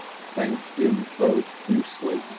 thanked him profusely,